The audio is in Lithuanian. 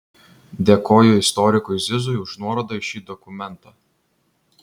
dėkoju istorikui zizui už nuorodą į šį dokumentą